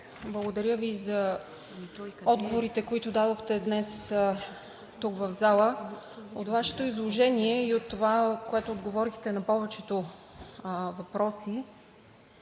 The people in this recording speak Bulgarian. благодаря Ви за отговорите, които дадохте днес в залата. От Вашето изложение и от това, което отговорихте на повечето въпроси,